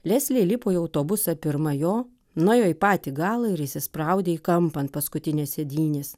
leslė įlipo į autobusą pirma jo nuėjo į patį galą ir įsispraudė į kampą ant paskutinės sėdynės